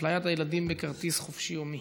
אפליית הילדים בכרטיס חופשי יומי.